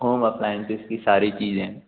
home appliances की सारी चीज़ें